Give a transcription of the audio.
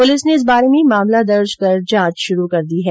police ने इस बारे में मामला दर्ज कर जांच शुरू कर दी है